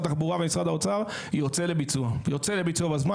התחבורה ומשרד האוצר יוצא לביצוע בזמן,